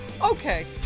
Okay